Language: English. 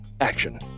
action